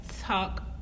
Talk